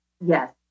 Yes